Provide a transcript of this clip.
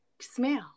smell